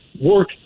work